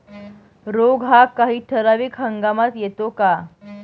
रोग हा काही ठराविक हंगामात येतो का?